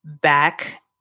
back